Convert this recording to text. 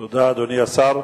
תודה, אדוני השר.